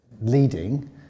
Leading